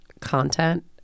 content